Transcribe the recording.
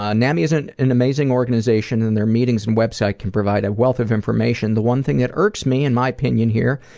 ah nami is an amazing organization and their meetings an website can provide a wealth of information. the one thing that irks me in my opinion here,